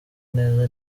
neza